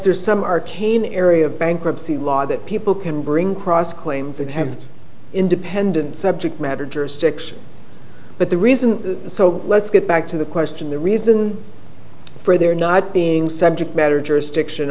there's some arcane area of bankruptcy law that people can bring cross claims that have independent subject matter jurisdiction but the reason so let's get back to the question the reason for their not being subject matter jurisdiction